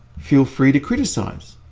feel free to criticize,